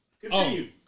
Continue